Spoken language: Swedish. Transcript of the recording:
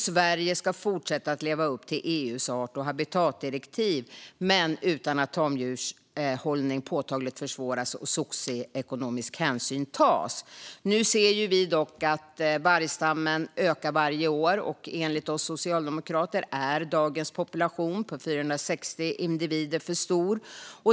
Sverige ska fortsätta att leva upp till EU:s art och habitatdirektiv men utan att tamdjurshållning påtagligt försvåras och samtidigt som socioekonomisk hänsyn tas. Nu ser vi dock att vargstammen ökar varje år. Enligt oss socialdemokrater är dagens population på 460 individer för stor.